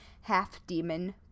half-demon